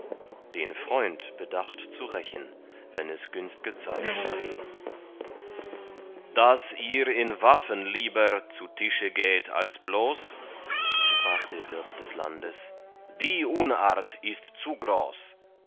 den freund bedacht zu rächen wenn es günstge zeit verhing daß ihr in waffen lieber zu tische geht als bloß sprach der wirt des landes die unart ist zu groß